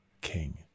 King